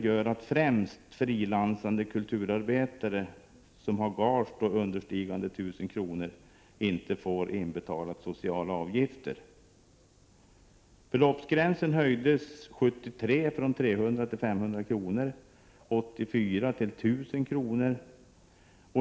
gör att främst frilansande kulturarbetare som har gage understigande 1 000 kr. inte får sociala avgifter inbetalade. Beloppsgränsen höjdes 1973 från 300 kr. till 500 kr. och 1984 till 1 000 kr.